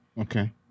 Okay